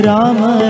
Rama